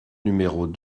numéros